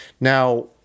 Now